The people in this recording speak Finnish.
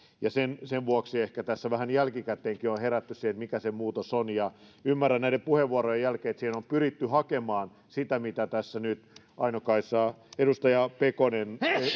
sen sen vuoksi ehkä tässä vähän jälkikäteenkin on on herätty siihen mikä se muutos on ja ymmärrän näiden puheenvuorojen jälkeen että siinä on pyritty hakemaan sitä mitä tässä nyt edustaja pekonen